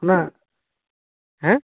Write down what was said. ᱚᱱᱟ ᱦᱮᱸ